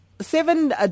seven